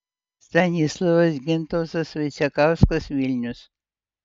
stanislovas gintautas vaicekauskas vilnius